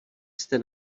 jste